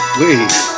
wait